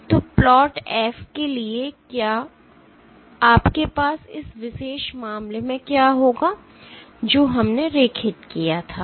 तो plot F के लिए क्या आपके पास इस विशेष मामले में क्या होगा जो हमने रेखित किया था